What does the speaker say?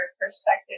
perspective